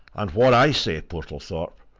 and what i say, portlethorpe,